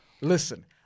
Listen